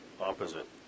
opposite